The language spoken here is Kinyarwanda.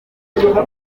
n’icyenda